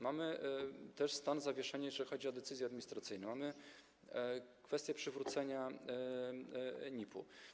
Mamy też stan zawieszenia, jeśli chodzi o decyzje administracyjne, mamy kwestię przywrócenia NIP-u.